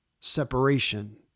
Separation